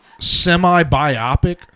semi-biopic